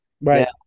Right